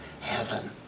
heaven